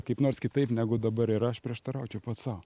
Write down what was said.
kaip nors kitaip negu dabar yra aš prieštaraučiau pats sau